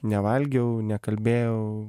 nevalgiau nekalbėjau